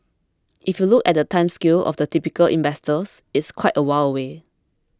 if you look at the time scale of the typical investor it's quite a while away